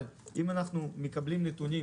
אבל אם אנחנו מקבלים נתונים